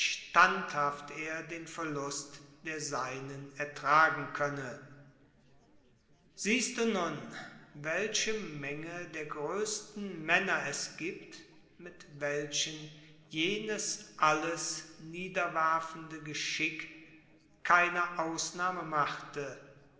standhaft er den verlust der seinen ertragen könne siehst du nun welche menge der größten männer es gibt mit welchen jenes alles niederwerfende geschick keine ausnahme machte